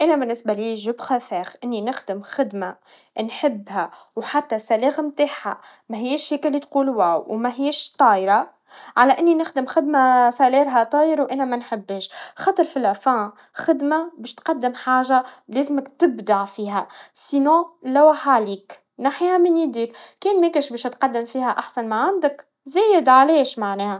انا بالنسبا ليا أنا أفضل إني نخدم خدما نحبها و حتي الراتب متاعها مهياش اللي كال تقول واو, ومهياش طايرا, على إني نخدم خدما, راتبها طاير, وأنا منحبهاش, خاطر فالآخر خدما باش تقدم حاجا لازمك تبدع فيها, إذاً نحياها من يديم, كم ليك باش تقدم فيها أحسن ما عندك, زيد عليش معناها.